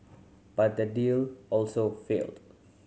but that deal also failed